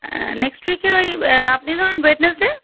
next উইকে ওই আপনি ধরুন ওয়েডনেসডে